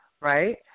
right